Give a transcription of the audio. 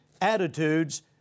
Attitudes